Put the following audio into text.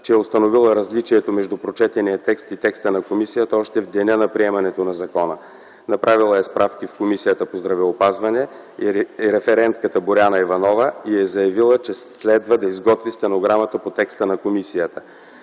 че е установила различието между прочетения текст и текста на комисията още в деня на приемането на закона. Направила справки в Комисията по здравеопазване и референтката Боряна Иванова й е заявила, че следва да изготви стенограмата по текста на комисията.